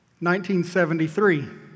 1973